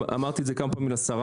ואמרתי את זה כמה פעמים לשרה,